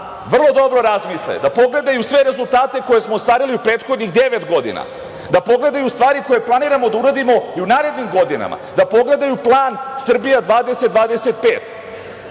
vrlo dobro razmisle, da pogledaju sve rezultate koje smo ostvarili u prethodnih devet godina, da pogledaju stvari koje planiramo da uradimo i u narednim godinama, da pogledaju Plan „Srbija 2025“